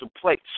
place